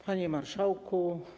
Panie Marszałku!